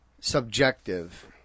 subjective